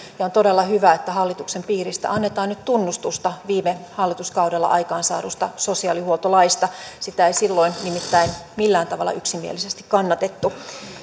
on todella hyvä että hallituksen piiristä annetaan nyt tunnustusta viime hallituskaudella aikaansaadusta sosiaalihuoltolaista sitä ei silloin nimittäin millään tavalla yksimielisesti kannatettu